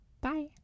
Bye